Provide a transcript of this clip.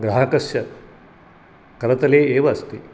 ग्राहकस्य करतले एव अस्ति